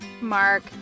mark